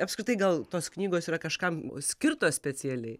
apskritai gal tos knygos yra kažkam skirtos specialiai